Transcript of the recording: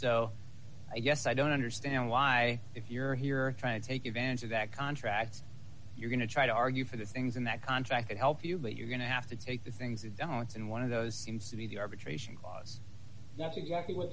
so i guess i don't understand why if you're here trying to take advantage of that contract you're going to try to argue for the things in that contract that help you but you're going to have to take the things you've done and one of those seems to be the arbitration clause that's exactly what